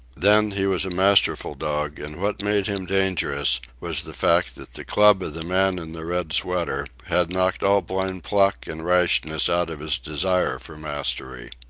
then he was a masterful dog, and what made him dangerous was the fact that the club of the man in the red sweater had knocked all blind pluck and rashness out of his desire for mastery.